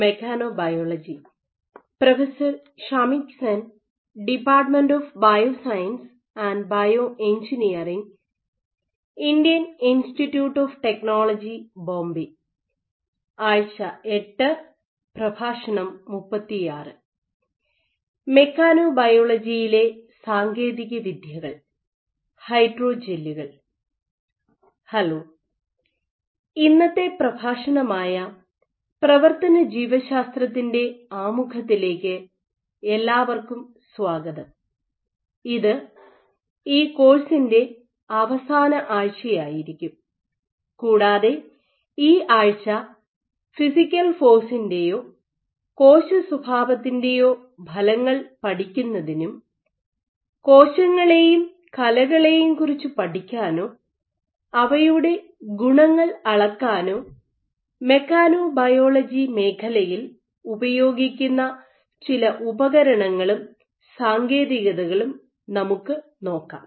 മെക്കാനോബയോളജിയിലെ സാങ്കേതിക വിദ്യകൾ ഹൈഡ്രോജെല്ലുകൾ ഹലോ ഇന്നത്തെ പ്രഭാഷണമായ പ്രവർത്തന ജീവശാസ്ത്രത്തിൻ്റെ മെക്കാനോബയോളജിയുടെ ആമുഖത്തിലേക്ക് എല്ലാവർക്കും സ്വാഗതം ഇത് ഈ കോഴ്സിൻ്റെ അവസാന ആഴ്ചയായിരിക്കും കൂടാതെ ഈ ആഴ്ച ഫിസിക്കൽ ഫോഴ്സിൻ്റെയോ കോശസ്വഭാവത്തിൻ്റെയോ ഫലങ്ങൾ പഠിക്കുന്നതിനും കോശങ്ങളെയും കലകളെയും കുറിച്ച് പഠിക്കാനോ അവയുടെ ഗുണങ്ങൾ അളക്കാനോ മെക്കാനബയോളജി മേഖലയിൽ ഉപയോഗിക്കുന്ന ചില ഉപകരണങ്ങളും സാങ്കേതികതകളും നമുക്ക് നോക്കാം